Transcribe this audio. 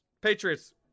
patriots